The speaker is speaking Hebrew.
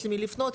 יש למי לפנות,